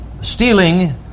Stealing